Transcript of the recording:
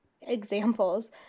examples